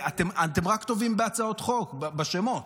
אתם רק טובים בהצעות חוק, בשמות.